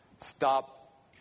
stop